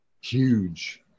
huge